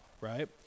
right